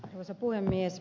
arvoisa puhemies